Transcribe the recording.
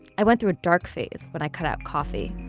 i went through a dark phase when i cut out coffee,